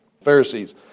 Pharisees